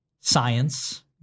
science